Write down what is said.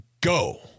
go